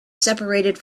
separated